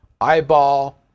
eyeball